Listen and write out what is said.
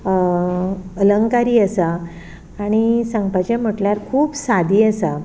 अलंकारी आसा आनी सांगपाचें म्हटल्यार खूब सादी आसा